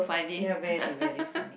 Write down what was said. ya very very funny